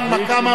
להצעת החוק.